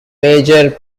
major